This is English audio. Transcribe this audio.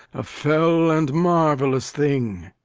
a fell and marvellous thing.